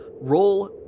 Roll